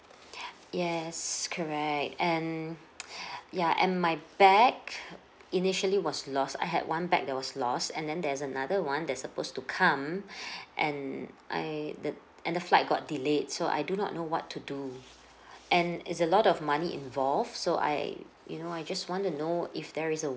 yes correct and ya and my bag initially was lost I had one bag that was lost and then there's another one that's supposed to come and I the and the flight got delayed so I do not know what to do and is a lot of money involved so I you know I just want to know if there is a